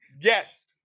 yes